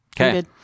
okay